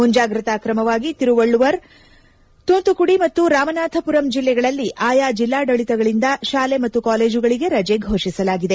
ಮುಂಜಾಗ್ರತಾ ಕ್ರಮವಾಗಿ ತಿರುವಳ್ಳೂರ್ ತೂಂತುಕುಡಿ ಮತ್ತು ರಾಮನಾಥಮರಂ ಜಿಲ್ಲೆಗಳಲ್ಲಿ ಆಯಾ ಜಿಲ್ಲಾಡಳಿತಗಳಿಂದ ಶಾಲೆ ಮತ್ತು ಕಾಲೇಜುಗಳಿಗೆ ರಜೆ ಘೋಷಿಸಲಾಗಿದೆ